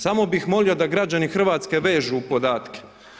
Samo bih molio da građani Hrvatske vežu podatke.